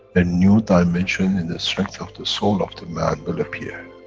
a new dimension in the strength of the soul of the man will appear,